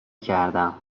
کردم